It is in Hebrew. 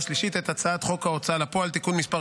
הצעת חוק ההוצאה לפועל (תיקון מס'